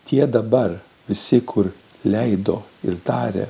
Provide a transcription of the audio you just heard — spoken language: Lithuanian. tie dabar visi kur leido ir tarė